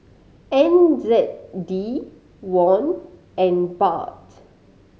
N Z D Won and Baht